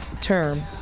term